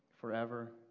forever